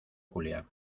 julia